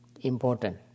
important